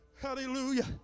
Hallelujah